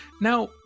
Now